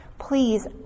Please